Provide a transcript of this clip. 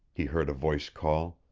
he heard a voice call.